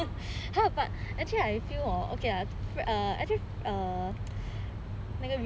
!huh! but actually I feel hor okay lah for err actually err 那个